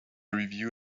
review